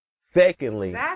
Secondly